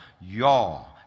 Y'all